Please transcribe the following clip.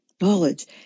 knowledge